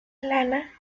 lana